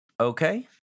okay